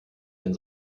denn